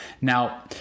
Now